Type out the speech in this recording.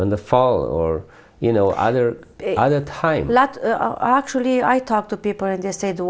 in the fall or you know other other times i actually i talk to people and they say the